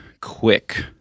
quick